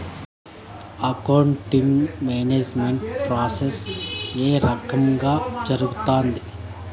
accounting management process ఏ రకంగా జరుగుతాది